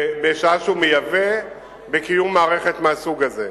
בשעה שהוא מיובא, בקיום מערכת מהסוג הזה.